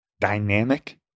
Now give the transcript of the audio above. dynamic